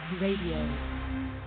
Radio